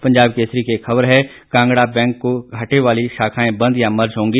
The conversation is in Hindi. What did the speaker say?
पंजाब केसरी की एक खबर है कांगड़ा बैंक की घाटे वाली शाखाएं बंद या मर्ज होंगी